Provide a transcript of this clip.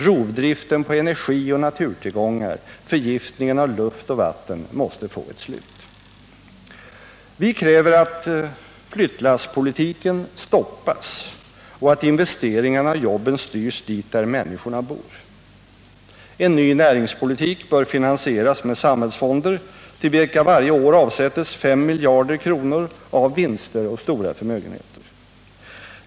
Rovdriften på energioch naturtillgångar, förgiftningen av luft och vatten måste få ett slut. Vi kräver att flyttlasspolitiken stoppas och att investeringarna och jobben styrs dit där människorna bor. En ny näringspolitik bör finansieras med samhällsfonder, till vilka varje år avsätts 5 miljarder kronor av vinster och stora förmögenheter.